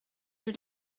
rue